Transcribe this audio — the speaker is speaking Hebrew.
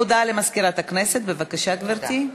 הודעה למזכירת הכנסת, בבקשה, גברתי.